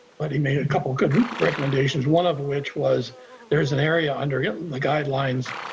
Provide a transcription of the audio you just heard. but he made a couple of good recommendations, one of which was there is an area under yeah the guidelines.